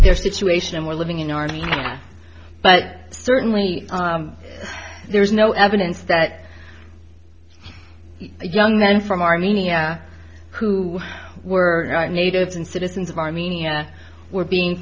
their situation and were living in armenia but certainly there is no evidence that the young men from armenia who were not natives and citizens of armenia were being